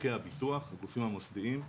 ענקי הביטוח, הגופים המוסדיים,